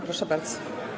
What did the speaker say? Proszę bardzo.